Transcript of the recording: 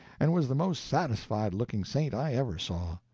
and was the most satisfied looking saint i ever saw.